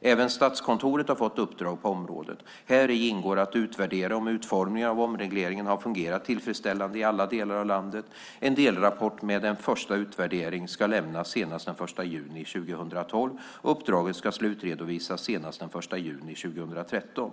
Även Statskontoret har fått uppdrag på området. Häri ingår att utvärdera om utformningen av omregleringen har fungerat tillfredsställande i alla delar av landet. En delrapport med en första utvärdering ska lämnas senast den 1 juni 2012 och uppdraget ska slutredovisas senast den 1 juni 2013.